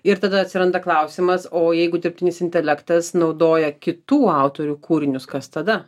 ir tada atsiranda klausimas o jeigu dirbtinis intelektas naudoja kitų autorių kūrinius kas tada